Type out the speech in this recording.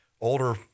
older